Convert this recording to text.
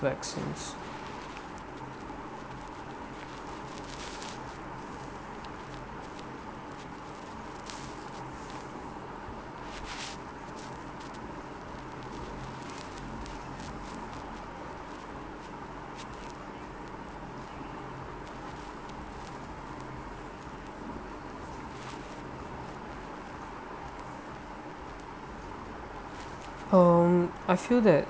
vaccines um I feel that